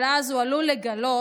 אבל אז הוא עלול לגלות